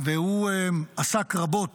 הוא עסק רבות